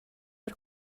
per